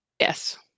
Yes